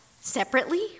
separately